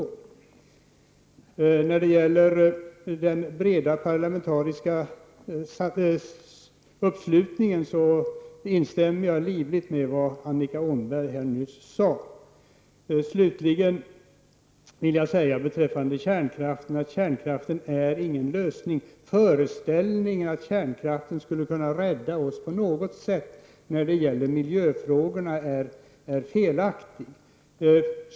När det gäller den breda parlamentariska uppslutningen instämmer jag livligt i det Annika Åhnberg nyss sade. Beträffande kärnkraften vill jag slutligen säga att kärnkraften inte är någon lösning. Föreställningen att kärnkraften på något sätt skulle kunna rädda oss i miljöfrågorna är felaktig.